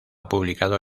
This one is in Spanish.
publicado